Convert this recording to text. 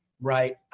right